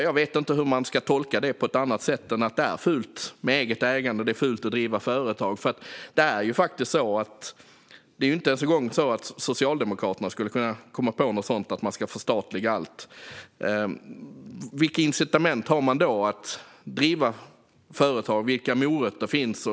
Jag vet inte om detta kan tolkas på annat sätt än att det är fult med eget ägande och att driva företag, för inte ens Socialdemokraterna skulle kunna komma på att allt ska förstatligas. Vilka incitament finns det då att driva företag? Vilka morötter?